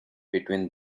between